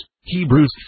Hebrews